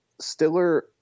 Stiller